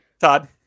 Todd